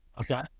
Okay